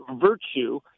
virtue